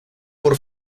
por